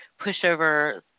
pushover